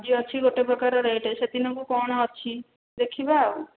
ଆଜି ଅଛି ଗୋଟିଏ ପ୍ରକାର ରେଟ୍ ସେଦିନକୁ କ'ଣ ଅଛି ଦେଖିବା ଆଉ